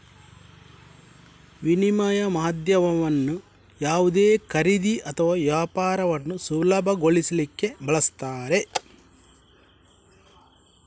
ವಿನಿಮಯ ಮಾಧ್ಯಮವನ್ನ ಯಾವುದೇ ಖರೀದಿ ಅಥವಾ ವ್ಯಾಪಾರವನ್ನ ಸುಲಭಗೊಳಿಸ್ಲಿಕ್ಕೆ ಬಳಸ್ತಾರೆ